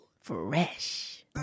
Fresh